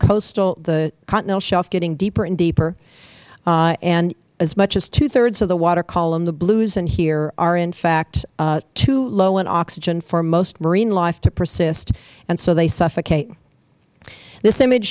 coastal the continental shelf getting deeper and deeper and as much as two thirds of the water column the blues in here are in fact too low in oxygen for most marine life to persist and so they suffocate this image